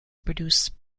produce